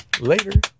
Later